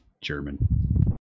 German